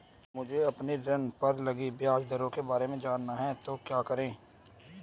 मुझे अपने ऋण पर लगी ब्याज दरों के बारे में जानना है तो क्या करें?